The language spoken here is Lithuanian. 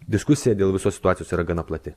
diskusija dėl visos situacijos yra gana plati